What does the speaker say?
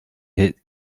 hit